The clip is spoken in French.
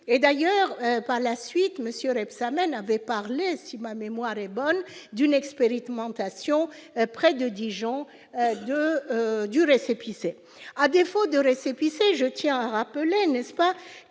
et d'ailleurs par la suite Monsieur Rebsamen avait parlé, si ma mémoire est bonne, d'une expérimentation près de Dijon, de du récépissé à défaut de récépissé, je tiens à rappeler n'est-ce pas